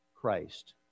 Christ